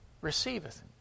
receiveth